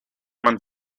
man